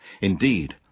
Indeed